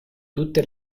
tutte